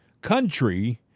country